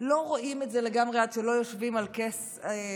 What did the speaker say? לא רואים את זה לגמרי עד שלא יושבים על כס היושבת-ראש,